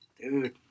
Dude